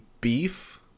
beef